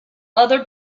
other